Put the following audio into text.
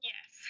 Yes